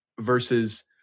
versus